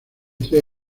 tres